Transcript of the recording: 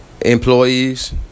employees